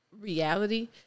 reality